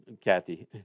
Kathy